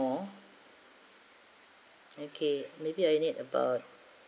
more okay maybe I need about